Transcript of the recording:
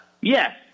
Yes